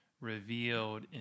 revealed